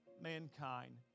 mankind